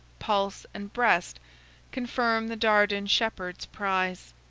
pulse, and breast confirm the dardan shepherd's prize.